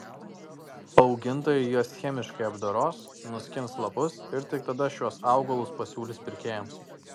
augintojai juos chemiškai apdoros nuskins lapus ir tik tada šiuos augalus pasiūlys pirkėjams